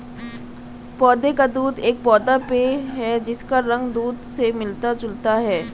पौधे का दूध एक पौधा पेय है जिसका रंग दूध से मिलता जुलता है